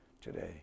today